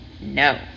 No